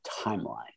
timeline